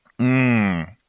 Mmm